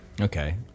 Okay